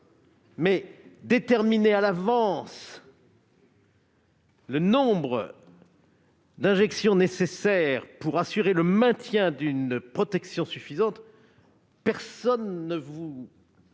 peut déterminer à l'avance le nombre de doses nécessaires pour assurer le maintien d'une protection suffisante contre le covid.